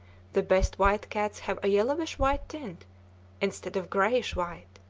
the best white cats have a yellowish white tint instead of grayish white,